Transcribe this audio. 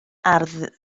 ardd